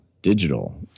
Digital